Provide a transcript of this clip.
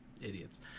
Idiots